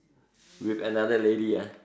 with another lady ah